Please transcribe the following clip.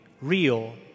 real